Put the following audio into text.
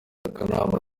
akanama